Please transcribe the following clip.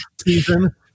season